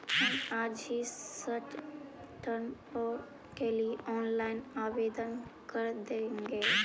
हम आज ही शॉर्ट टर्म लोन के लिए ऑनलाइन आवेदन कर देंगे